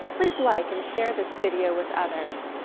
please like and share this video with others.